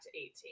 18